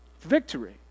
victory